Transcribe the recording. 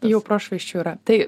jau prošvaisčių yra tai